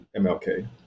MLK